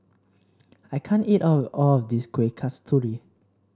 I can't eat all of this Kuih Kasturi